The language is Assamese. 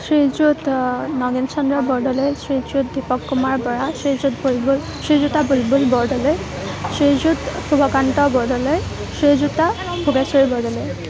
শ্ৰীযুত নগেনচন্দ্ৰ বৰদলৈ শ্ৰীযুত দীপক কুমাৰ বৰা শ্ৰীযুত বুলবুল শ্ৰীযুতা বুলবুল বৰদলৈ শ্ৰীযুত শুভকান্ত বৰদলৈ শ্ৰীযুতা ভোগেশ্বৰী বৰদলৈ